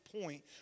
point